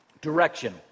Direction